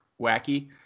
wacky